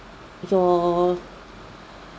your